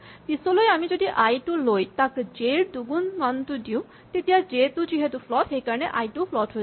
পিছলৈ আমি যদি আই টো লৈ তাক জে ৰ দুগুণ মানটো দিওঁ তেতিয়া জে টো যিহেতু ফ্লট সেইকাৰণে আই টোও ফ্লট হৈ যাব